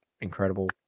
incredible